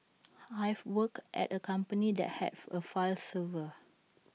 I've worked at A company that have A file server